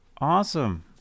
Awesome